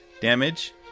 damage